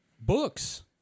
Books